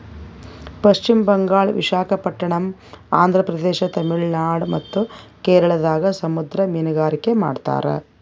ಪಶ್ಚಿಮ್ ಬಂಗಾಳ್, ವಿಶಾಖಪಟ್ಟಣಮ್, ಆಂಧ್ರ ಪ್ರದೇಶ, ತಮಿಳುನಾಡ್ ಮತ್ತ್ ಕೇರಳದಾಗ್ ಸಮುದ್ರ ಮೀನ್ಗಾರಿಕೆ ಮಾಡ್ತಾರ